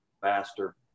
faster